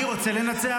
אני רק רוצה לנצח.